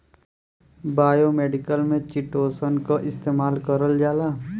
biomedical में chitosan क इस्तेमाल करल जाला